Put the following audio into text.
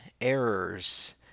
errors